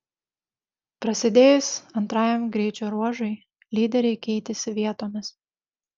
prasidėjus antrajam greičio ruožui lyderiai keitėsi vietomis